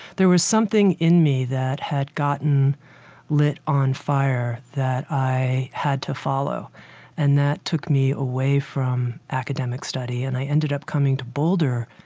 there was something in me that had gotten lit on fire that i had to follow and that took me away from academic study and i ended up coming to boulder,